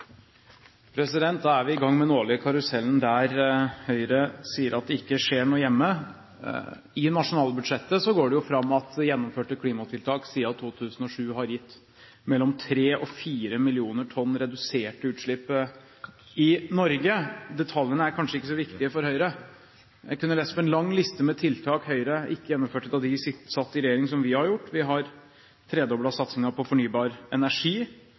vi i gang med den årlige karusellen, der Høyre sier at det ikke skjer noe hjemme. Av nasjonalbudsjettet går det fram at gjennomførte klimatiltak siden 2007 har gitt mellom 3 og 4 millioner tonn reduserte utslipp i Norge. Detaljene er kanskje ikke så viktige for Høyre. Jeg kunne lese opp en lang liste med tiltak Høyre ikke gjennomførte da de satt i regjering, som vi har gjort: Vi har tredoblet satsingen på fornybar energi,